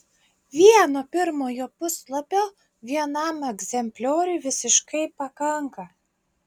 vieno pirmojo puslapio vienam egzemplioriui visiškai pakanka